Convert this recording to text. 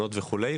מלונות וכולי,